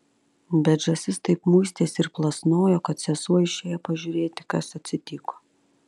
bet žąsis taip muistėsi ir plasnojo kad sesuo išėjo pažiūrėti kas atsitiko